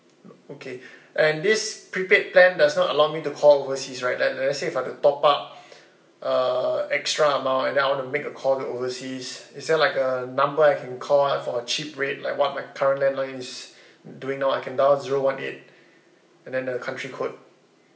okay and this prepaid plan does not allow me to call overseas right let let's say if I were to top up uh extra amount and then I want to make a call to overseas is there like a number I can call up for a cheap rate like what my current land line is doing now I can dial zero one eight and then the country code